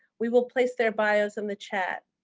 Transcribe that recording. we will place their bios in the chat.